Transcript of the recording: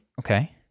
Okay